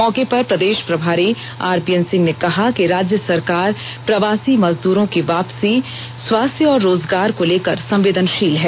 मौके पर प्रदेश प्रभारी आरपीएन सिंह ने कहा कि राज्य सरकार प्रवासी मजदूरों की वापसी स्वास्थ्य और रोजगार को लेकर संवेदनशील है